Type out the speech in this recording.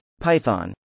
Python